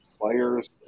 players